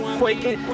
quaking